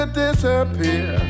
disappear